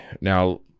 now